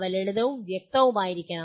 അവ ലളിതവും വ്യക്തവുമായിരിക്കണം